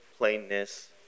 plainness